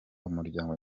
umuryango